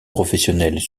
professionnels